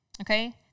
Okay